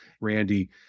Randy